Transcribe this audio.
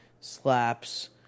slaps